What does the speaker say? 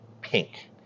pink